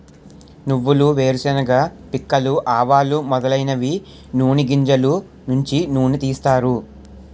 నువ్వులు వేరుశెనగ పిక్కలు ఆవాలు మొదలైనవి నూని గింజలు నుంచి నూనె తీస్తారు